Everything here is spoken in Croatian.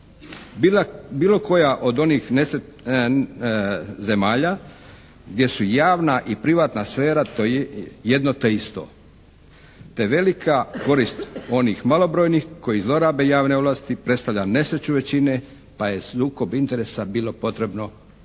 bilo koja od onih zemalja gdje su javna i privatna sfera jedno te isto, te velika korist onih malobrojnih koji zlorabe javnu ovlast predstavlja nesreću većine pa je sukob interesa bilo potrebno